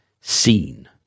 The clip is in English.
seen